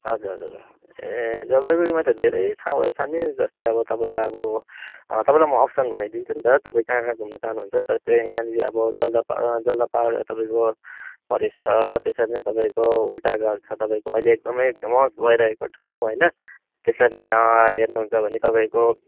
हजुर हजुर ए जलपाइगुडीमा त धेरै ठाउँहरू छ नि जस्तै अब तपाईँलाई अब तपाईँलाई म अप्सन भनिदिन्छु नि त तपाईँ कहाँ कहाँ घुम्न चहानुहुन्छ जस्तै यहाँनिर अब जल्दापाडा जल्दापाडा तपाईँको फरेस्ट छ त्यसरी नै तपाईँको उल्टा घर छ तपाईँको अहिले एकदमै फेमस भइरहेको ठाउँ होइन त्यसरी नै हेर्नुहुन्छ भने तपाईँको